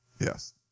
Yes